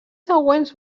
següents